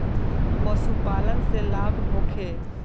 पशु पालन से लाभ होखे?